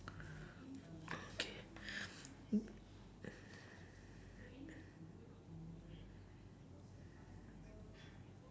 okay